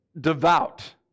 devout